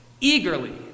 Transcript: eagerly